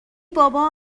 بابا